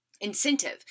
incentive